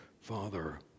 Father